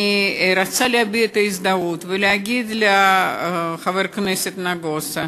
אני רוצה להביע הזדהות ולהגיד לחבר הכנסת נגוסה: